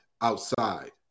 outside